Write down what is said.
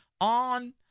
on